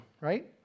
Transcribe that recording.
right